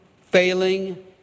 failing